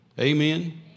Amen